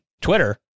Twitter